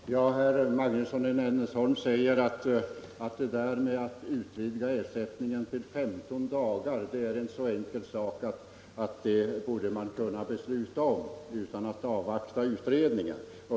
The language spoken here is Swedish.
Herr talman! Herr Magnusson i Nennesholm säger att en utvidgning av ersättningen till 15 dagar är en så enkel reform att vi borde kunna besluta om den utan att avvakta utredningen.